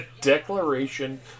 declaration